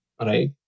right